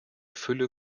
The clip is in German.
fülle